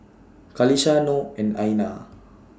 Qalisha Noh and Aina